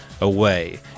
away